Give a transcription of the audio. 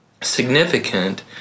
significant